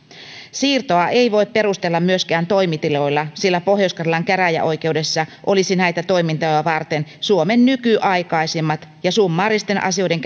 siirtoa ei voi perustella myöskään toimitiloilla sillä pohjois karjalan käräjäoikeudessa olisi näitä toimintoja varten suomen nykyaikaisimmat ja summaaristen asioiden